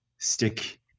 Stick